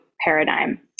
paradigm